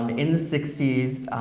um in the sixty s,